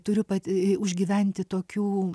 turiu pat užgyventi tokių